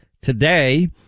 today